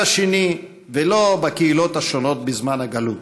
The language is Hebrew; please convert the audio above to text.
לא בבית השני ולא בקהילות השונות בזמן הגלות.